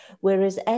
Whereas